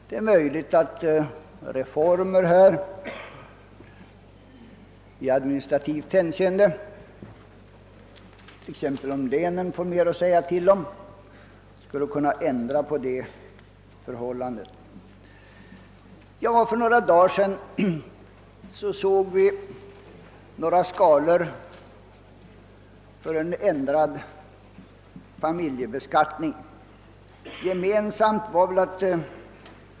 Det är möjligt att administrativa reformer — t.ex. reformer som medför att länen får mer att säga till om — skulle kunna ändra på det förhållandet. För några dagar sedan presenterades förslag till en ändrad familjebeskattning, varvid det också publicerades nya skatteskalor.